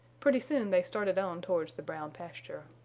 pretty soon they started on towards the brown pasture.